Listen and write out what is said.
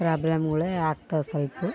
ಪ್ರಾಬ್ಲೆಮ್ಗಳೇ ಆಗ್ತಾವೆ ಸ್ವಲ್ಪ್